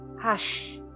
Hush